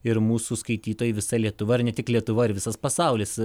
ir mūsų skaitytojai visa lietuva ne tik lietuva ir visas pasaulis